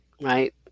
Right